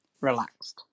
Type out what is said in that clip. relaxed